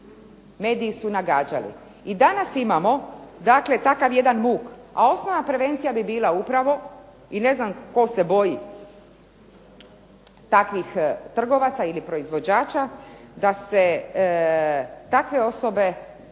Mediji su nagađali i danas imamo dakle takav jedan muk, a osnovna prevencija bi bila upravo i ne znam tko se boji takvih trgovaca ili proizvođača da se takve osobe,